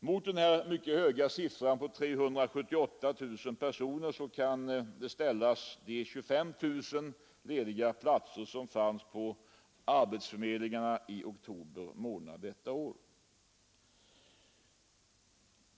Mot denna höga siffra — 378 000 kan ställas de 25 000 lediga platser som fanns anmälda hos arbetsförmedlingarna i oktober månad.